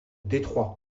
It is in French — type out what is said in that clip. detroit